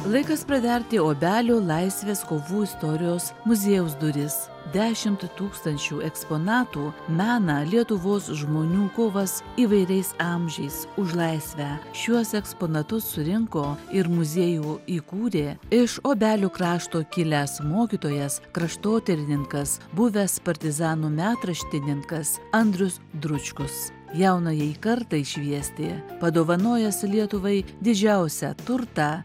laikas praverti obelių laisvės kovų istorijos muziejaus duris dešimt tūkstančių eksponatų mena lietuvos žmonių kovas įvairiais amžiais už laisvę šiuos eksponatus surinko ir muziejų įkūrė iš obelių krašto kilęs mokytojas kraštotyrininkas buvęs partizanų metraštininkas andrius dručkus jaunajai kartai šviesti padovanojęs lietuvai didžiausią turtą